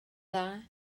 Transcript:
dda